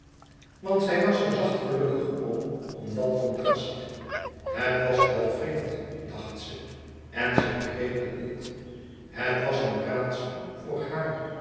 want zij was er zacht gelukkig om om dat contrast het was wel vreemd dacht ze en ze begreep het niet het was een raadsel voor haar